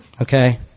Okay